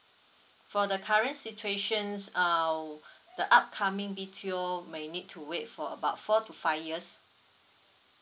for the current situations err the upcoming B_T_O may need to wait for about four to five years